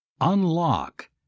Unlock